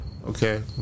Okay